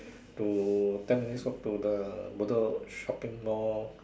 to ten minutes walk to the Bedok shopping Mall